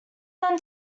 them